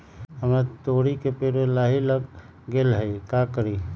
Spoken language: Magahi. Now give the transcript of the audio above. हमरा तोरी के पेड़ में लाही लग गेल है का करी?